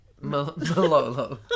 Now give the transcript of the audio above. Malolo